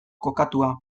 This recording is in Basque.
kokatua